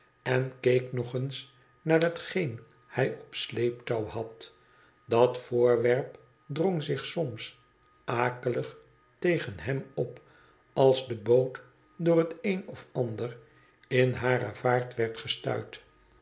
en keek nog eens naar hetgeen hij op sleeptouw had dat voorwerp drong zich soms akelig te en hem op als de boot door het een of ander in hare vaart werd gestuit